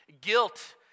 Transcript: guilt